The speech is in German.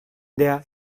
der